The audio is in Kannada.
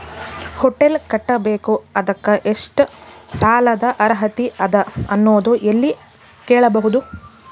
ಹೊಟೆಲ್ ಕಟ್ಟಬೇಕು ಇದಕ್ಕ ಎಷ್ಟ ಸಾಲಾದ ಅರ್ಹತಿ ಅದ ಅನ್ನೋದು ಎಲ್ಲಿ ಕೇಳಬಹುದು?